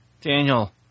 Daniel